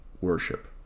worship